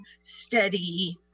steady